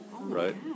right